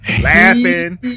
Laughing